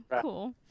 cool